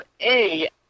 A-